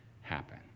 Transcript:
happen